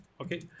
okay